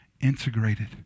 integrated